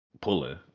pulling